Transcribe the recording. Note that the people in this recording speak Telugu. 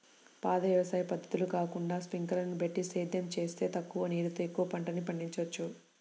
పాత వ్యవసాయ పద్ధతులు కాకుండా స్పింకర్లని బెట్టి సేద్యం జేత్తే తక్కువ నీరుతో ఎక్కువ పంటని పండిచ్చొచ్చు